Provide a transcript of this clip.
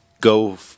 Go